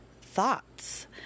thoughts